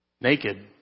Naked